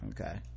Okay